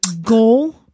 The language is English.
goal